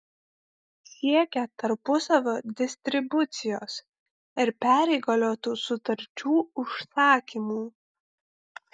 siekia tarpusavio distribucijos ir perįgaliotų sutarčių užsakymų